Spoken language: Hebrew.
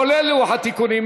כולל לוח התיקונים.